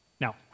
Now